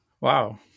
Wow